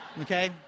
Okay